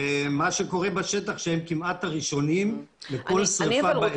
ומה שקורה בשטח זה שהם כמעט הראשונים להגיע לכל שריפה באזור.